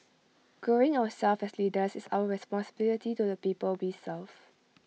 growing ourselves as leaders is our responsibility to the people we serve